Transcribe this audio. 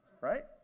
Right